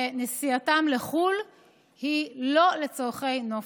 שנסיעתם לחו"ל היא לא לצורכי נופש.